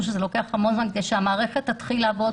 שלוקח המון זמן וכדי שהמערכת תתחיל לעבוד,